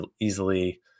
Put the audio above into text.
easily